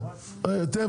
נציג